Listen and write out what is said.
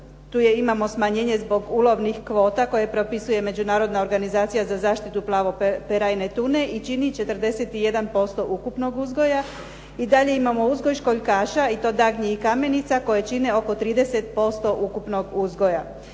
Tu imamo smanjenje zbog ulovnih kvota koje propisuje Međunarodna organizacija za zaštitu plavo perajne tune i čini 41% ukupnog uzgoja. I dalje imamo uzgoj školjkaša i to dagnji i kamenica koje čine oko 30% ukupnog uzgoja.